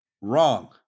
wrong